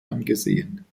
angesehen